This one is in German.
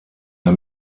der